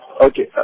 okay